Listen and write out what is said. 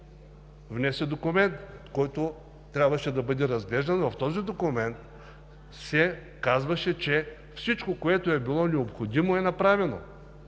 внесе документ, който трябваше да бъде разглеждан. В този документ се казваше, че всичко, което е било необходимо, е направено.